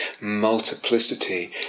multiplicity